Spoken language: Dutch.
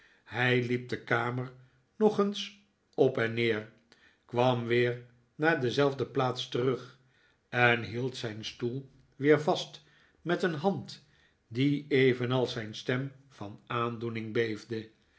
hij liep de kamer nog eens op en neer kwam weer naar dezelfde plaats terug en hield zijn stoel weer vast met een hand die evenals zijn stem van aandoening beefde